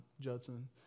Judson